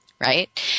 Right